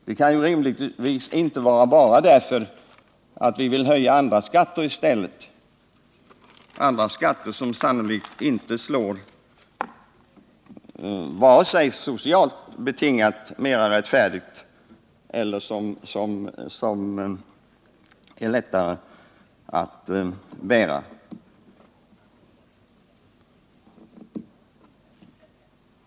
Det kan rimligtvis inte vara bara därför att vi vill höja andra skatter i stället, skatter som sannolikt inte är socialt mera rättfärdiga eller lättare att bära.